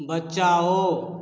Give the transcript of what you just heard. बचाओ